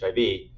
hiv